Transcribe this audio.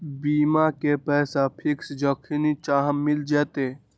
बीमा के पैसा फिक्स जखनि चाहम मिल जाएत?